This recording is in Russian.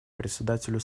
председателю